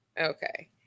Okay